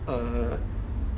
err